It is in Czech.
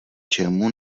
čemu